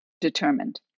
determined